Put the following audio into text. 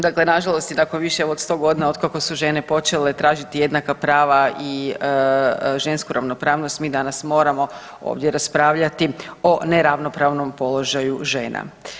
Dakle, na žalost i tako više od 100 godina od kako su žene počele tražiti jednaka prava i žensku ravnopravnost mi danas moramo ovdje raspravljati o neravnopravnom položaju žena.